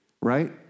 right